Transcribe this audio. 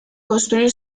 construir